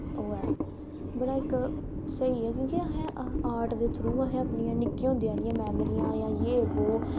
ओह् ऐ बड़ा इक स्हेई ऐ क्योंकि आर्ट दे थ्रू असें अपनियां निक्कियां होंदे आह्लियां मैंमरियां जां ये वो